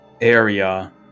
area